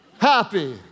Happy